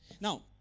Now